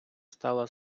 стала